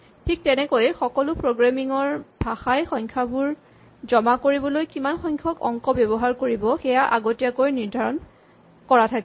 ঠিক তেনেকৈয়ে সকলো প্ৰগ্ৰেমিং ৰ ভাষাই সংখ্যাবোৰ জমা কৰিবলৈ কিমান সংখ্যক অংক ব্যৱহাৰ কৰিব সেয়া আগতীয়াকৈ নিৰ্ধাৰণ কৰা থাকে